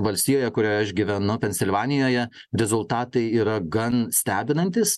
valstijoje kurioje aš gyvenu pensilvanijoje rezultatai yra gan stebinantys